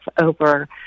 over